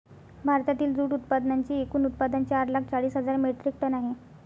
भारतातील जूट उत्पादनांचे एकूण उत्पादन चार लाख चाळीस हजार मेट्रिक टन आहे